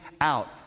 out